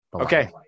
Okay